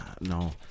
No